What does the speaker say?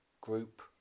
group